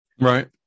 Right